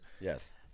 yes